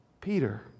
Peter